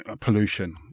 pollution